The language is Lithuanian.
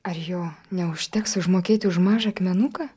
ar jo neužteks užmokėti už mažą akmenuką